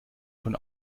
von